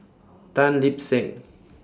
Tan Lip Seng